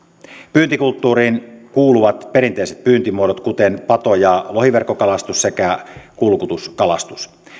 pyyntikulttuuriin kuuluvat perinteiset pyyntimuodot kuten pato ja lohiverkkokalastus sekä kulkutuskalastus